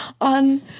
on